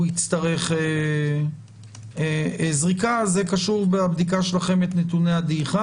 יצטרך זריקה אלא זה קשור בבדיקה שלכם את נתוני הדעיכה.